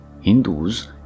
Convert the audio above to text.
Hindus